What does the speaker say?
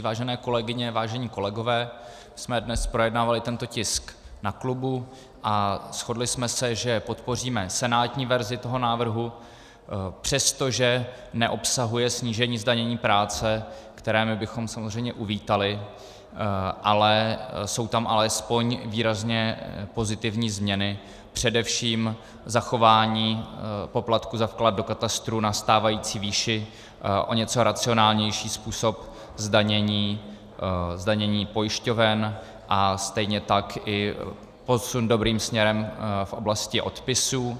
Vážené kolegyně, vážení kolegové, my jsme dnes projednávali tento tisk na klubu a shodli jsme se, že podpoříme senátní verzi toho návrhu, přesto že neobsahuje snížení zdanění práce, které my bychom samozřejmě uvítali, ale jsou tam alespoň výrazně pozitivní změny, především zachování poplatku za vklad do katastru na stávající výši, o něco racionálnější způsob zdanění pojišťoven a stejně tak i posun dobrým směrem v oblasti odpisů.